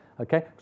Okay